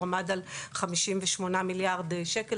הוא 58 מיליארד שקל,